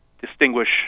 distinguish